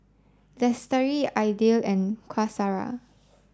Lestari Aidil and Qaisara